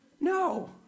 No